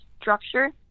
structure